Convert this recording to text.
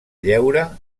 lleure